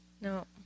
No